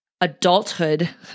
adulthood